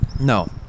No